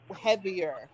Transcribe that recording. heavier